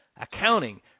accounting